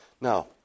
Now